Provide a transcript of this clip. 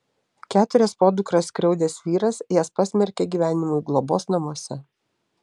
keturias podukras skriaudęs vyras jas pasmerkė gyvenimui globos namuose